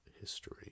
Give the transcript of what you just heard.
history